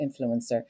influencer